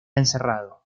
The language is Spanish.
encerrado